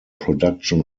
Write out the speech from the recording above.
production